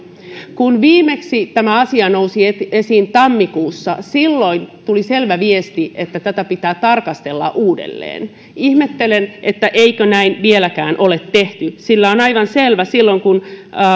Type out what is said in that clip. kun tämä asia nousi viimeksi esiin tammikuussa silloin tuli selvä viesti että tätä pitää tarkastella uudelleen ihmettelen eikö näin vieläkään ole tehty sillä on aivan selvää silloin kun